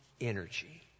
energy